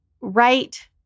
right